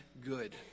good